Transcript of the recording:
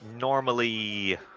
Normally